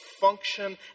function